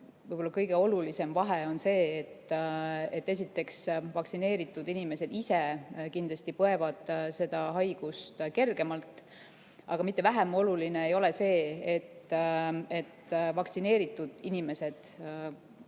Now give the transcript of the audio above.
kõige olulisem vahe on see, et esiteks, vaktsineeritud inimesed ise kindlasti põevad seda haigust kergemalt. Aga mitte vähem oluline ei ole see, et vaktsineeritud inimesed